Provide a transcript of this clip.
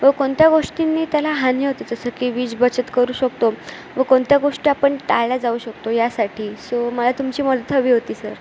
व कोणत्या गोष्टींनी त्याला हानी होते जसं की वीज बचत करू शकतो व कोणत्या गोष्टी आपण टाळला जाऊ शकतो यासाठी सो मला तुमची मदत हवी होती सर